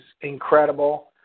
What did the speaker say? incredible